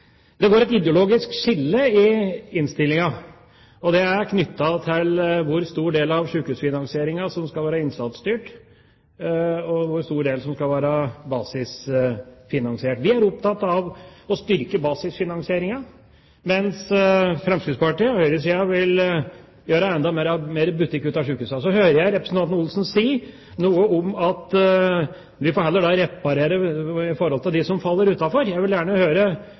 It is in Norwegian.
Det går et ideologisk skille i innstillinga. Det er knyttet til hvor stor del av sjukehusfinansieringa som skal være innsatsstyrt, og hvor stor del som skal være basisfinansiert. Vi er opptatt av å styrke basisfinansieringa, mens Fremskrittspartiet og høyresida vil gjøre enda mer butikk ut av sjukehusene. Jeg hører representanten Olsen si noe om at vi får da heller reparere i forhold til dem som faller utenfor. Jeg vil gjerne